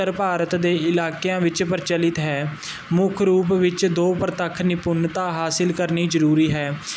ਉੱਤਰ ਭਾਰਤ ਦੇ ਇਲਾਕਿਆਂ ਵਿੱਚ ਪ੍ਰਚਲਿਤ ਹੈ ਮੁੱਖ ਰੂਪ ਵਿੱਚ ਦੋ ਪ੍ਰਤੱਖ ਨਿਪੁੰਨਤਾ ਹਾਸਿਲ ਕਰਨੀ ਜਰੂਰੀ ਹੈ